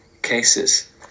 cases